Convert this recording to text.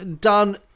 done